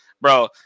bro